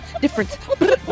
difference